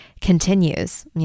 continues